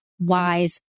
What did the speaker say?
wise